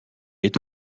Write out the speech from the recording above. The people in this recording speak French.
est